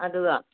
ꯑꯗꯨꯒ